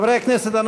חברי הכנסת,